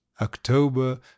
October